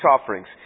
offerings